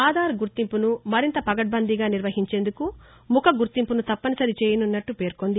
ఆధార్ గుర్తింపును మరింత పకడ్బందీగా నిర్వహించేందుకు ముఖ గుర్తింపును తప్పనిసరి చేయనున్నట్ట యుఐడిఎఐ తెలిపింది